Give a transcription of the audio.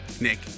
Nick